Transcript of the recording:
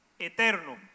eterno